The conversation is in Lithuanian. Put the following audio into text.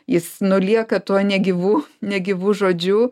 jis nu lieka tuo negyvu negyvu žodžiu